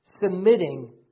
Submitting